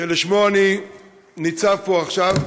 שלשמו אני ניצב פה עכשיו,